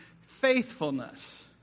faithfulness